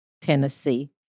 Tennessee